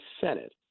Senate